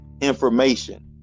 information